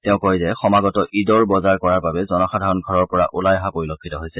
তেওঁ কয় যে সমাগত ঈদৰ বজাৰ কৰাৰ বাবে জনসাধাৰণ ঘৰৰ পৰা ওলাই অহা পৰিলক্ষিত হৈছে